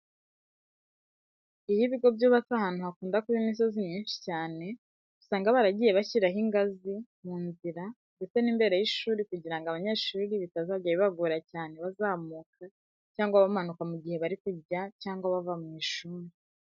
Iyo ibigo byubatse ahantu hakunda kuba imisozi myinshi cyane, usanga baragiye bashyiraho ingazi mu nzira ndetse n'imbere y'ishuri kugira ngo abanyeshuri bitazajya bibagora cyane bazamuka cyangwa bamanuka mu gihe bari kujya cyangwa bava mu ishuri.